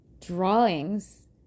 Drawings